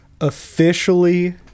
Officially